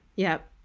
yep.